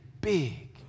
big